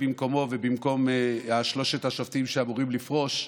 במקומו ובמקום שלושת השופטים שאמורים לפרוש,